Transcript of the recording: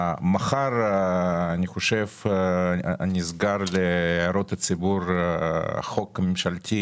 אני חושב שמחר נסגר להערות הציבור חוק ממשלתי